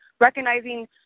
recognizing